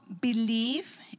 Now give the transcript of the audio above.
believe